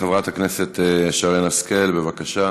חברת הכנסת שרן השכל, בבקשה.